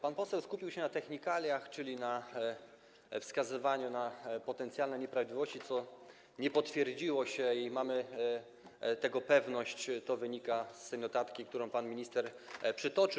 Pan poseł skupił się na technikaliach, czyli na wskazywaniu na potencjalne nieprawidłowości, co nie potwierdziło się, i mamy tego pewność, to wynika z tej notatki, którą pan minister przytoczył.